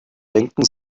denken